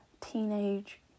teenage